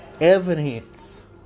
evidence